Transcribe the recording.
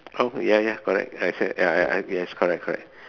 oh ya ya correct that's why ya ya yes correct correct